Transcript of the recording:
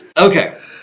Okay